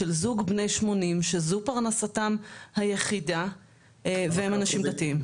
שייכים לזוג בני 80 שזו פרנסתם היחידה והם אנשים דתיים.